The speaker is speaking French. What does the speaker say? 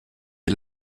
est